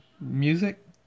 Music